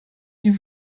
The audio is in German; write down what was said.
die